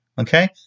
okay